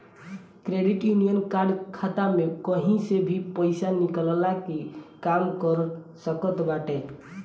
credit union card खाता में कही से भी पईसा निकलला के काम कर सकत बाटे